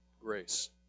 grace